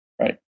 Right